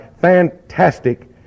fantastic